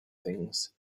things